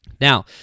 Now